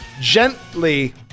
gently